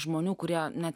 žmonių kurie net